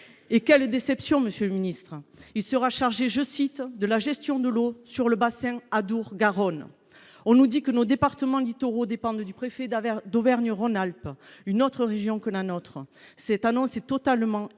Quelle déception, monsieur le ministre : il sera chargé « de la gestion de l’eau sur le bassin Adour Garonne »… On nous dit que nos départements littoraux dépendent du préfet d’Auvergne Rhône Alpes, une autre région que la nôtre. Cette annonce est totalement